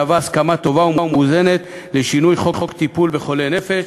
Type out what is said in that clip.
מהווה הסכמה טובה ומאוזנת לשינוי חוק טיפול בחולי נפש